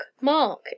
Mark